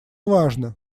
важно